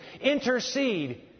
Intercede